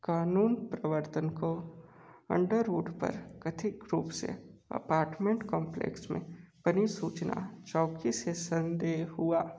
कानून प्रवर्तन को अंडरवुड पर कथित रूप से अपार्टमेंट कॉम्प्लेक्स में बनी सूचना चौकी से संदेह हुआ